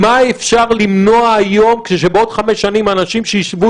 מה אפשר למנוע היום כשבעוד חמש שנים אנשים שישבו